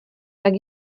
tak